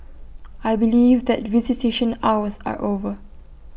I believe that visitation hours are over